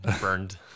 burned